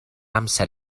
amser